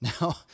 Now